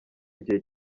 gihe